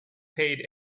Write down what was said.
paid